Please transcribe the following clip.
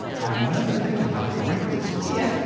i remember thinking how great this was,